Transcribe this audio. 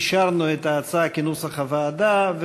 אישרנו את ההצעה כנוסח הוועדה.